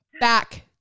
back